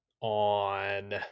on